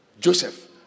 Joseph